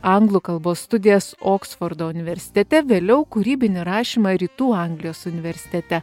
anglų kalbos studijas oksfordo universitete vėliau kūrybinį rašymą rytų anglijos universitete